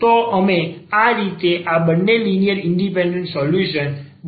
તો અમે આ રીતે આ બંને લિનિયર ઇન્ડિપેન્ડન્સ સોલ્યુશન બનાવી રહ્યા નથી